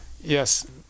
Yes